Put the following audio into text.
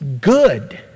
Good